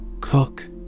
cook